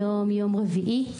היום יום רביעי,